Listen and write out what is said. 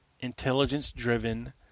intelligence-driven